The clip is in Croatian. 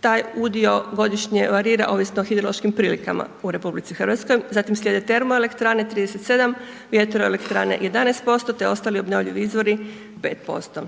taj udio godišnje varira ovisno o hidrološkim prilikama u RH, zatim slijede termoelektrane 37, vjetroelektrane 11%, te ostali obnovljivi izvori 5%.